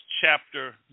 chapter